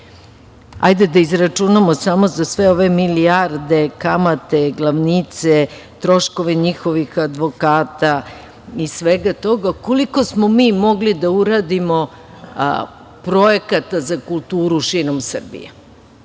Hajde da izračunamo samo za sve ove milijarde kamate, glavnice, troškovi njihovih advokata i svega toga, koliko smo mi mogli da uradimo projekata za kulturu širom Srbije. Eto,